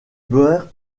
boers